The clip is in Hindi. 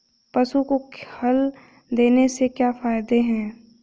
पशु को खल देने से क्या फायदे हैं?